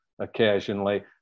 occasionally